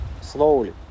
slowly